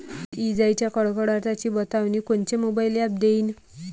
इजाइच्या कडकडाटाची बतावनी कोनचे मोबाईल ॲप देईन?